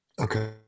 Okay